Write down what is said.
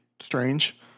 strange